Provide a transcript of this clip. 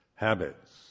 habits